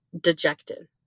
dejected